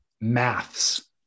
maths